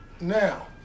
Now